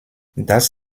das